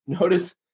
Notice